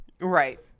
Right